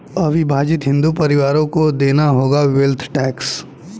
अविभाजित हिंदू परिवारों को देना होगा वेल्थ टैक्स